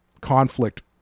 conflict